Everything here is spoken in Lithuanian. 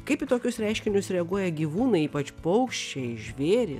kaip į tokius reiškinius reaguoja gyvūnai ypač paukščiai žvėry